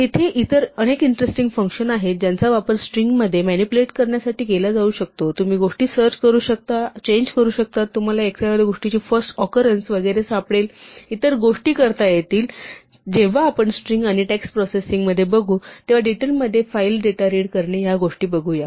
इथे इतर अनेक इंटरेस्टिंग फंक्शन्स आहेत ज्यांचा वापर स्ट्रिंगमध्ये मॅनिप्युलेट करण्यासाठी केला जाऊ शकतो तुम्ही गोष्टी सर्च करू शकता आणि चेंज करू शकता तुम्हाला एखाद्या गोष्टीची फर्स्ट ऑकरांस वगैरे सापडेल आणि इतर गोष्टी करता येतील जेव्हा आपण स्ट्रिंग आणि टेक्स्ट प्रोसेसिंगमध्ये बघू तेव्हा डिटेल मध्ये फाईल डेटा रीड करणे ह्या गोष्टी बघूया